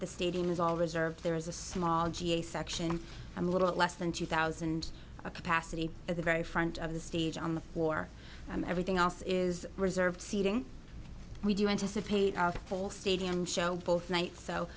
the stadium is all reserved there is a small ga section i'm a little less than two thousand capacity at the very front of the stage on the war and everything else is reserved seating we do anticipate a full stadium show both nights so